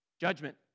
Judgment